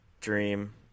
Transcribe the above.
dream